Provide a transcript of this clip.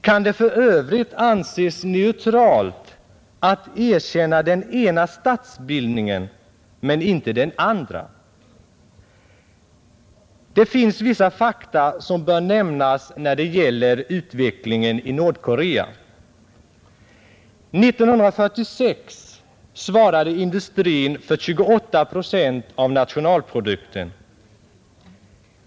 Kan det för övrigt anses som neutralt att erkänna den ena statsbildningen men inte den andra? Det finns vissa fakta som bör nämnas när det gäller utvecklingen i Nordkorea. År 1946 svarade industrin där för 28 procent av nationalprodukten.